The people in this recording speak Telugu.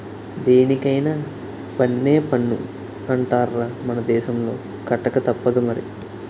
దేనికైన పన్నే పన్ను అంటార్రా మన దేశంలో కట్టకతప్పదు మరి